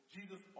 Jesus